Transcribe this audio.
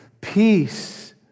peace